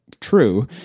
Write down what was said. true